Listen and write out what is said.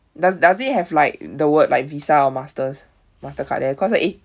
does does it have like the word like Visa or masters Mastercard there because uh